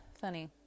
Funny